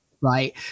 right